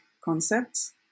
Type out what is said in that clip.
concepts